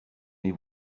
mes